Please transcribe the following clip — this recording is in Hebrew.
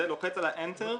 לוחץ על "אנטר",